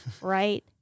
right